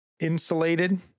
Insulated